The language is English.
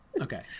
Okay